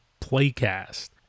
Playcast